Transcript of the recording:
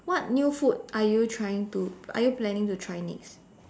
what new food are you trying to are you planning to try next